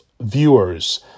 viewers